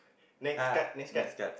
next card next card